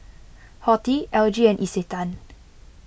Horti L G and Isetan